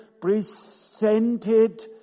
presented